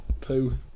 poo